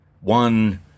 one